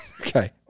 Okay